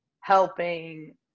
helping